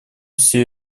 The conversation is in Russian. все